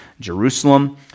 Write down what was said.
Jerusalem